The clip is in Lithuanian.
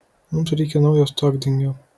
mums reikia naujo stogdengio